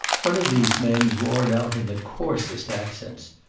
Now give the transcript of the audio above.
one of these men roared out in the coarsest accents,